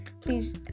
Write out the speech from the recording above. please